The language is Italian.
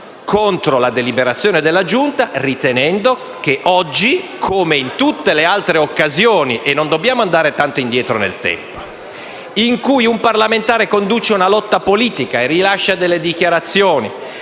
contro la deliberazione della Giunta, ritenendo che oggi, come in tutte le altri occasioni (e non dobbiamo andare tanto indietro nel tempo), nel momento in cui un parlamentare conduce una lotta politica e rilascia dichiarazioni,